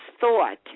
thought